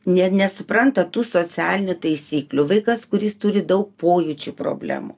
ne nesupranta tų socialinių taisyklių vaikas kuris turi daug pojūčių problemų